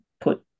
put